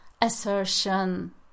assertion